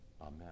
Amen